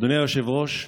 אדוני היושב-ראש,